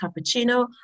cappuccino